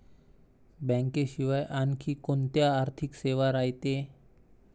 बँकेशिवाय आनखी कोंत्या आर्थिक सेवा रायते?